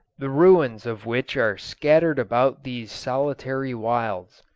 the ruins of which are scattered about these solitary wilds.